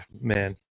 man